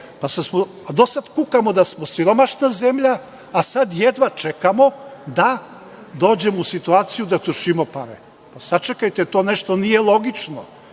a do sad kukamo da smo siromašna zemlja, a sad jedva čekamo da dođemo u situaciju da trošimo pare. Pa, sačekajte, to nešto nije logično.